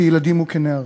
כילדים וכנערים.